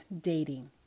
dating